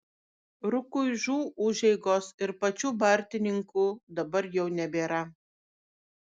rukuižų užeigos ir pačių bartininkų dabar jau nebėra